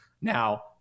Now